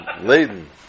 laden